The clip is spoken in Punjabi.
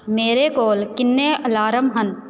ਮੇਰੇ ਕੋਲ ਕਿੰਨੇ ਅਲਾਰਮ ਹਨ